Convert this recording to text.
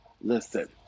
Listen